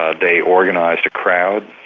ah they organised a crowd.